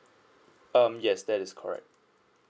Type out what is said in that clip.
um yes that is correct